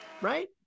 Right